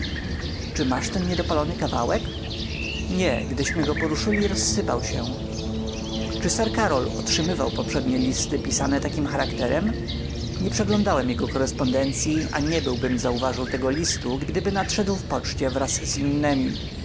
czy masz ten niedopalony kawałek nie gdyśmy go poruszyli rozsypał się czy sir karol otrzymywał poprzednie listy pisane takim charakterem nie przeglądałem jego korespondencyi a nie byłbym zauważył tego listu gdyby nadszedł z poczty wraz z innemi